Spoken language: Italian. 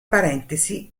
parentesi